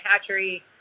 hatchery